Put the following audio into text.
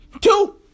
Two